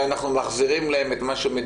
אנחנו יודעים לנצל אותם מצוין לצרכים של